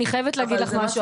אני חייבת להגיד לך משהו,